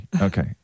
okay